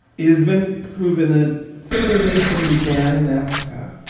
it has been proven that civilization began in africa.